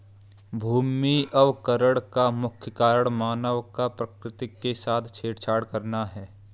भूमि अवकरण का मुख्य कारण मानव का प्रकृति के साथ छेड़छाड़ करना है